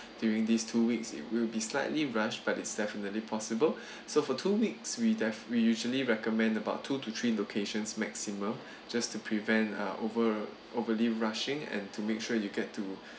during these two weeks it will be slightly rush but it's definitely possible so for two weeks we def~ we usually recommend about two to three locations maximum just to prevent uh over~ overly rushing and to make sure you get to